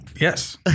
Yes